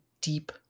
deep